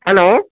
hello